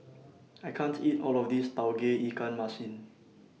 I can't eat All of This Tauge Ikan Masin